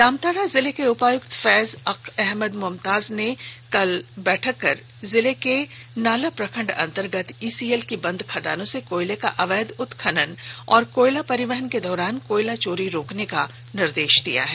जामताड़ा जिले के उपायुक्त फैज अक अहमद मुमताज ने कल बैठक कर जिले के नाला प्रखंड अंतर्गत ईसीएल की बंद खदानों से कोयले का अवैध उत्खनन और कोयला परिवहन के दौरान कोयला चोरी रोकने का निर्देश दिया है